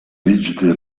rigide